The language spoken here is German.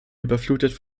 überflutet